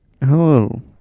Hello